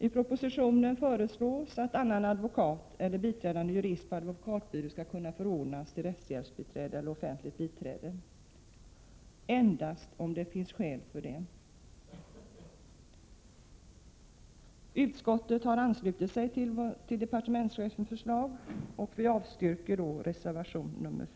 I propositionen föreslås att annan än advokat eller biträdande jurist vid advokatbyrå skall kunna förordnas till rättshjälpsbiträde eller offentligt biträde endast om det finns skäl till det. Utskottet har anslutit sig till departementschefens förslag och vi avstyrker reservation 4.